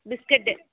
biscuit